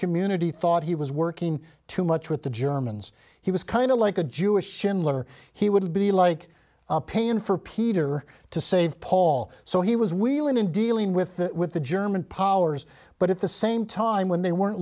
community thought he was working too much with the germans he was kind of like a jewish schindler he would be like a pain for peter to save paul so he was wheeling and dealing with that with the german powers but at the same time when they weren't